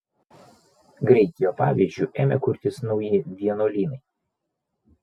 greit jo pavyzdžiu ėmė kurtis nauji vienuolynai